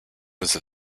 was